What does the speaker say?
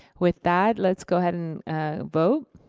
with that, let's go ahead and vote.